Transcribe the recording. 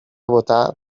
votar